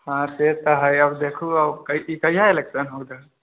हँ से तऽ है आब देखू ई कहिया इलेक्शन है ऊधर